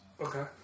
Okay